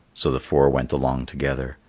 so the four went along together.